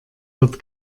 wird